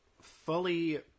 fully